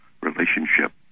relationship